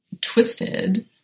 twisted